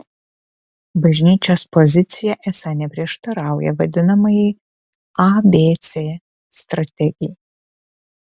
bažnyčios pozicija esą neprieštarauja vadinamajai abc strategijai